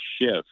shift